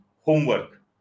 homework